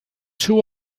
two